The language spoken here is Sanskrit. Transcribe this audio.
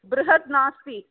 बृहत् नास्ति